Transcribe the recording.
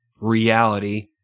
reality